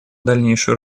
дальнейшую